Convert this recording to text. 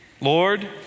Lord